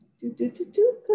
do-do-do-do